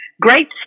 Great